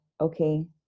okay